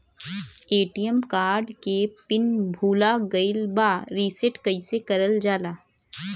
ATM card के pin भूला गइल बा रीसेट कईसे करल जाला?